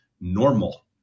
normal